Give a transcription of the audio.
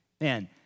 Man